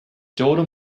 daughter